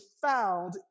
found